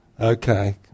Okay